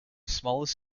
smallest